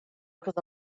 because